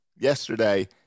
yesterday